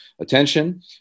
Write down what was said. attention